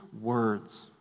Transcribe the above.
words